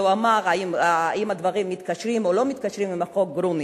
ואמר האם הדברים מתקשרים או לא מתקשרים עם חוק גרוניס.